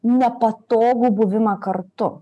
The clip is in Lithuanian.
nepatogų buvimą kartu